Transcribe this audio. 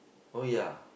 oh ya